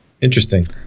Interesting